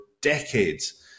decades